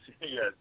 yes